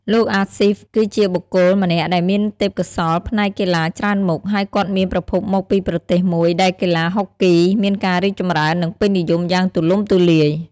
លោកអាស៊ីហ្វ គឺជាបុគ្គលម្នាក់ដែលមានទេពកោសល្យផ្នែកកីឡាច្រើនមុខ ហើយគាត់មានប្រភពមកពីប្រទេសមួយដែលកីឡាហុកគីមានការរីកចម្រើន និងពេញនិយមយ៉ាងទូលំទូលាយ។